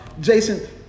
Jason